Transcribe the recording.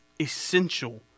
essential